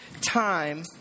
time